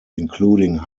including